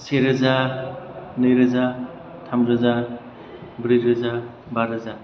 से रोजा नैरोजा थामरोजा ब्रैरोजा बा रोजा